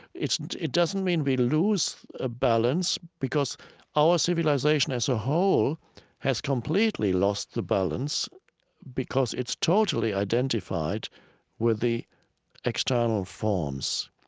it doesn't mean we lose a balance because our civilization as a whole has completely lost the balance because it's totally identified with the external forms.